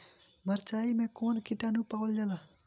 मारचाई मे कौन किटानु पावल जाला?